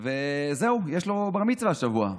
יש לו בר-מצווה השבוע.